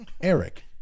Eric